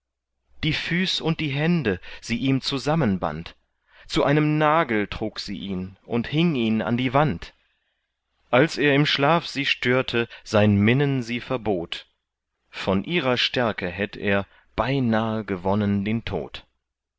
die füß und die hände sie ihm zusammenband zu einem nagel trug sie ihn und hing ihn an die wand als er im schlaf sie störte sein minnen sie verbot von ihrer stärke hätt er beinahe gewonnen den tod